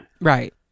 Right